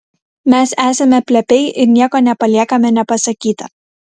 mes esame plepiai ir nieko nepaliekame nepasakyta